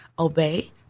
Obey